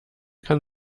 kann